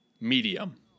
medium